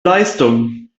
leistung